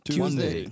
Tuesday